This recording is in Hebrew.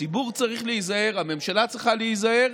הציבור צריך להיזהר, הממשלה צריכה להיזהר,